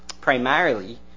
primarily